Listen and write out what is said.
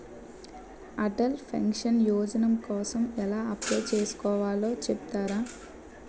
Atal pension Yojana కోసం ఎలా apply చేసుకోవాలో చెపుతారా?